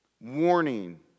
Warning